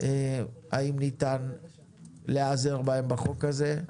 אם ניתן להיעזר בהם בחוק הזה.